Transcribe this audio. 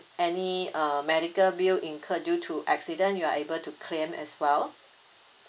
any uh medical bill incurred due to accident you are able to claim as well